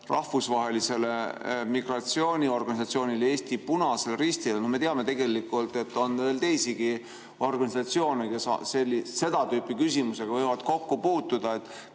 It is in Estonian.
Rahvusvahelisele Migratsiooniorganisatsioonile ja Eesti Punasele Ristile. Nagu me teame, on veel teisigi organisatsioone, kes seda tüüpi küsimusega võivad kokku puutuda.